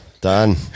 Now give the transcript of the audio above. Done